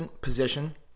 position